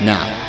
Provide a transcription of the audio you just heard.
Now